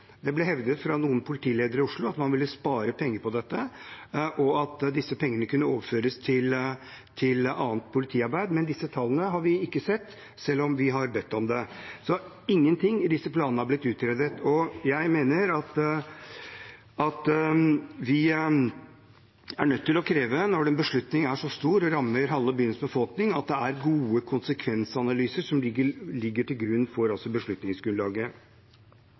Det ble hevdet av noen politiledere i Oslo at man ville spare penger på dette, og at disse pengene kunne overføres til annet politiarbeid. Men disse tallene har vi ikke sett, selv om vi har bedt om det. Ingenting i disse planene er altså blitt utredet, og jeg mener at vi er nødt til å kreve – når en beslutning er så stor og rammer halve byens befolkning – at det er gode konsekvensanalyser som ligger til grunn for beslutningsgrunnlaget.